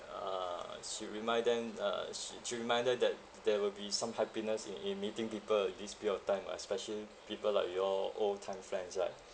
a'ah should remind them uh shou~ should remind them that there will be some happiness in in meeting people in this period of time lah especially people like we all old time friends right